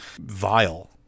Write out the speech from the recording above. vile